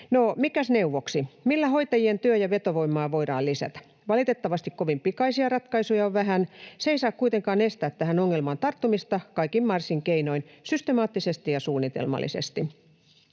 mikäs neuvoksi, millä hoitajien työ- ja vetovoimaa voidaan lisätä? Valitettavasti kovin pikaisia ratkaisuja on vähän. Se ei saa kuitenkaan estää tähän ongelmaan tarttumista kaikin mahdollisin keinoin systemaattisesti ja suunnitelmallisesti.